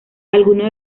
algunos